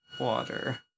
water